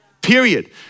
period